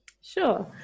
Sure